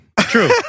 true